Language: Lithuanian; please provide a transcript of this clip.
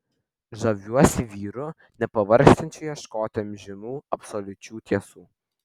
žaviuosi vyru nepavargstančiu ieškoti amžinų absoliučių tiesų